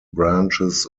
branches